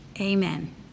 Amen